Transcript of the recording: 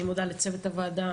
אני מודה לצוות הוועדה.